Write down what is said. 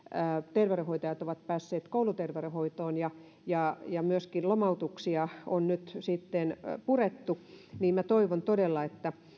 terveydenhoitajat ovat päässeet kouluterveydenhoitoon ja ja myöskin lomautuksia on nyt sitten purettu niin minä toivon todella että